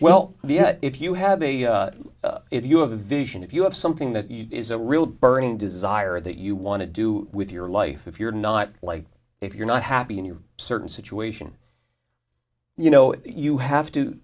that if you have a if you have a vision if you have something that is a real burning desire that you want to do with your life if you're not like if you're not happy in your certain situation you know you have to